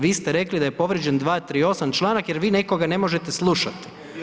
Vi ste rekli da je povrijeđen 238. čl. jer vi nekoga ne možete slušati.